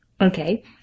Okay